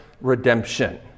redemption